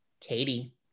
Katie